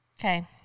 Okay